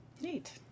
Neat